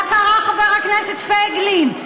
מה קרה, חבר הכנסת פייגלין?